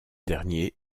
dernier